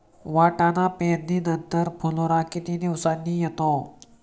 वाटाणा पेरणी नंतर फुलोरा किती दिवसांनी येतो?